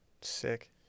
Sick